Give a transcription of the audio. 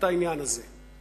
העניין הזה.